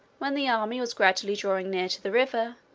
when the army was gradually drawing near to the river,